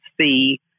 see